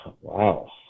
Wow